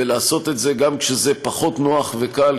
ולעשות את זה גם כשזה פחות נוח וקל,